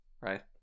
Right